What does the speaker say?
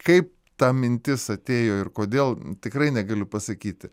kaip ta mintis atėjo ir kodėl tikrai negaliu pasakyti